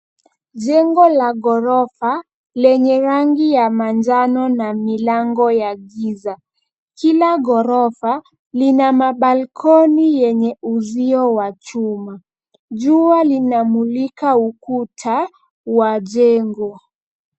Jengo la ghorofa lenye rangi ya manjano na milango ya giza. Kila ghorofa lina mabalconi yenye uzio wa chuma. Jua linamulika ukuta wa jengo.